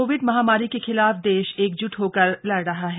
Covid महामारी के खिलाफ देश एकज्ट होकर लड़ रहा है